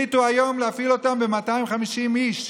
החליטו היום להפעיל אותם ב-250 איש,